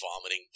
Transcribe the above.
vomiting